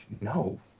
no